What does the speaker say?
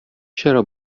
چرا